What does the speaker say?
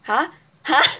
(uh huh)